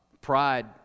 Pride